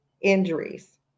injuries